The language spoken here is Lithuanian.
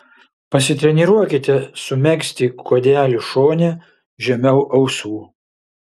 pasitreniruokite sumegzti kuodelį šone žemiau ausų